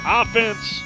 offense